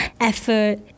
effort